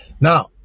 Now